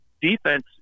defense